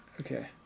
okay